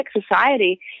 society